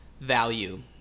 value